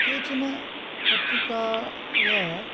केचन पत्रिकाय